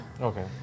Okay